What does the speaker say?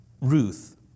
Ruth